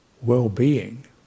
well-being